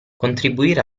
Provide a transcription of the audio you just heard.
contribuire